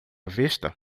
vista